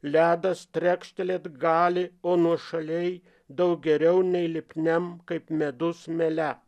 ledas trekšt led gali o nuošaliai daug geriau nei lipniam kaip medus miele